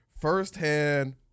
firsthand